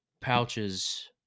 pouches